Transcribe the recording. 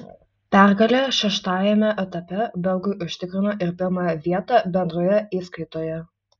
pergalė šeštajame etape belgui užtikrino ir pirmą vietą bendroje įskaitoje